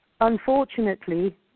unfortunately